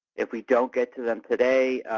if we don't get to them today,